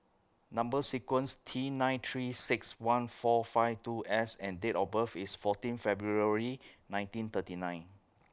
Number sequence T nine three six one four five two S and Date of birth IS fourteen February nineteen thirty nine